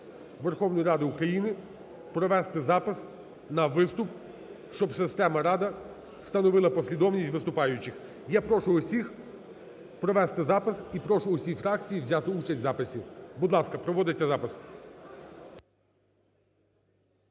Верховної Ради України провести запис на виступ, щоб система "Рада" встановила послідовність виступаючих. Я прошу усіх провести запис і прошу усі фракції взяти участь в записі. Будь ласка, проводиться запис.